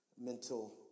Mental